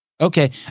Okay